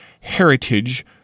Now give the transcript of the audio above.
heritage